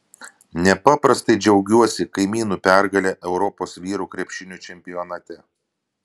nepaprastai džiaugiuosi kaimynų pergale europos vyrų krepšinio čempionate